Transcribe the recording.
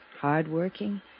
hard-working